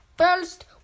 First